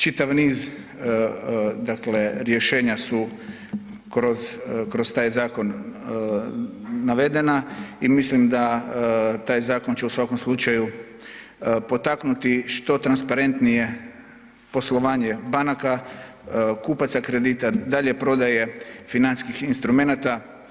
Čitav niz, dakle rješenja su kroz, kroz taj zakon navedena i mislim da taj zakon će u svakom slučaju potaknuti što transparentnije poslovanje banaka, kupaca kredita, dalje prodaje financijskih instrumenata.